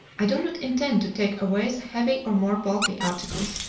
i do not intend to take away the heavy or more bulky articles,